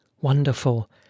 wonderful